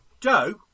Joe